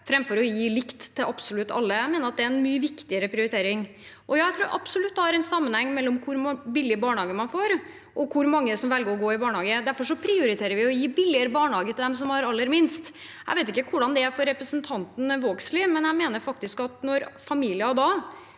framfor å gi likt til absolutt alle. Jeg mener at det er en mye viktigere prioritering. Og ja, jeg tror absolutt det er en sammenheng mellom hvor billig barnehage man får, og hvor mange som velger å la barna gå i barnehage. Derfor prioriterer vi å gi billigere barnehage til dem som har aller minst. Jeg vet ikke hvordan det er for representanten Vågslid, men jeg mener at når familier som